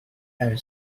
and